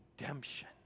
redemption